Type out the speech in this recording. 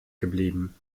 geblieben